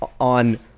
on